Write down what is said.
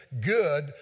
good